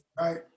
Right